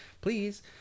Please